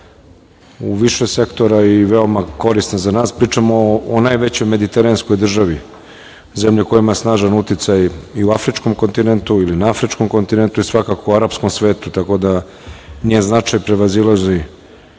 u više sektora i veoma korisna za nas, pričam o najvećoj mediteranskoj državi, zemlji koja ima snažan uticaj i u Afričkom kontinetnu, ili na afričkom kontinentu, svakako arapskom svetu, tako da njen značaj prevazilazi